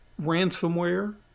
ransomware